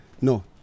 No